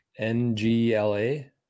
NGLA